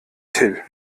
till